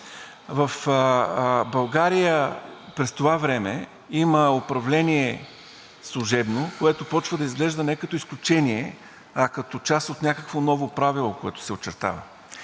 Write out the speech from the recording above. В България през това време има управление служебно, което започва да изглежда не като изключение, а като част от някакво ново правило, което се очертава.